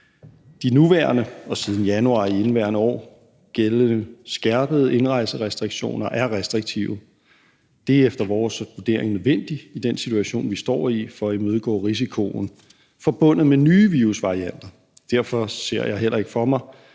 De nuværende og siden januar i indeværende år gældende skærpede indrejserestriktioner er restriktive. Det er efter vores vurdering nødvendigt i den situation, vi står i, for at imødegå risikoen forbundet med nye virusvarianter. Derfor ser jeg heller ikke for mig,